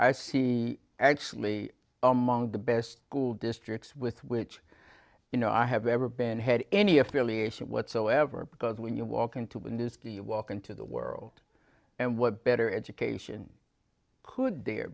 i see actually among the best school districts with which you know i have ever been had any affiliation whatsoever because when you walk into a news do you walk into the world and what better education could there